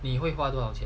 你会花多少钱